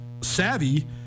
savvy